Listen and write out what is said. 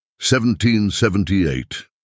1778